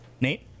Nate